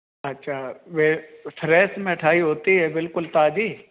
ਅੱਛਾ ਵੈ ਫਰੈਸ਼ ਮਿਠਾਈ ਹੋਤੀ ਹੈ ਬਿਲਕੁਲ ਤਾਜੀ